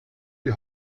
die